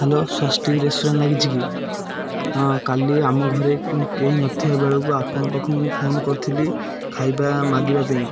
hello Swastik restaurant ଲାଗିଛି କି ହଁ କାଲି ଆମ ଘରେ କେହି ନଥିବା ବେଳକୁ ଆପଣ ପାଖକୁ ମୁଁ ଫୋନ କରିଥିଲି ଖାଇବା ମାଗିବା ପାଇଁ